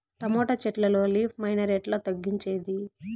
Tomato చెట్లల్లో leaf miner ఎట్లా తగ్గించేది?